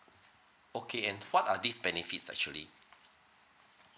okay and what are these benefits actually